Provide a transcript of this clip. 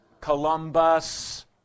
Columbus